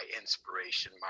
inspiration